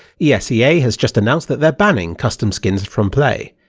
yeah esea has just announced that they're banning custom skins from play.